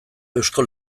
eusko